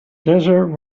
desert